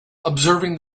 observing